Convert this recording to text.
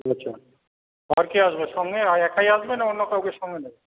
আচ্ছা আর কে আসবে সঙ্গে আর একাই আসবে না অন্য কাউকে সঙ্গে নেবে